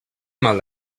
mal